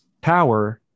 power